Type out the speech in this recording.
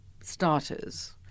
starters